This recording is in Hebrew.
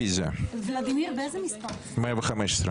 הצבעה בעד, 4 נגד, 7 נמנעים, אין לא אושר.